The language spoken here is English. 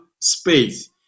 space